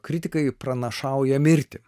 kritikai pranašauja mirtį